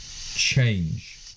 change